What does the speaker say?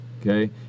okay